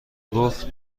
گفت